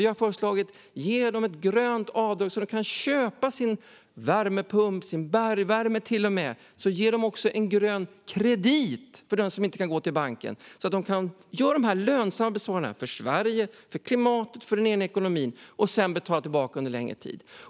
Vi har föreslagit ett grönt avdrag så att de kan köpa värmepump eller till och med bergvärme. Ge dem också en grön kredit som kan användas av den som inte kan gå till banken så att de kan göra dessa lönsamma besparingar för Sverige, klimatet och den egna ekonomin och sedan betala tillbaka under en längre tid.